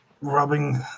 rubbing